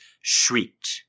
shrieked